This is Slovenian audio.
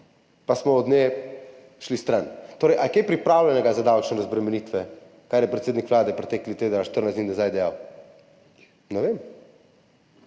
pa smo od nje šli stran. Torej ali je kaj pripravljenega za davčne razbremenitve, kar je predsednik Vlade pretekli teden ali 14 dni nazaj dejal? Ne vem.